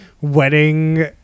Wedding